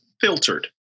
filtered